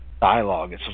dialogue